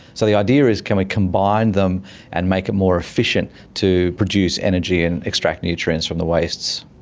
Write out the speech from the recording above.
so the idea is can we combine them and make it more efficient to produce energy and extract nutrients from the wastes.